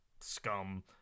scum